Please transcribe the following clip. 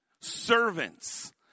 Servants